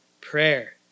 prayer